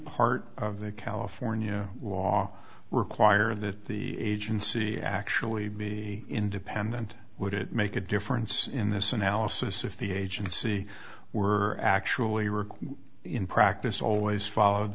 part of the california law require that the agency actually be independent would it make a difference in this analysis if the agency were actually requests in practice always follow